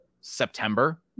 September